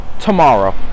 tomorrow